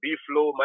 B-Flow